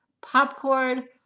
popcorn